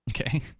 Okay